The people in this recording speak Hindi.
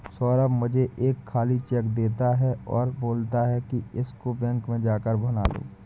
सौरभ मुझे एक खाली चेक देता है और बोलता है कि इसको बैंक में जा कर भुना लो